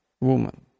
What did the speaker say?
woman